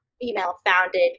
female-founded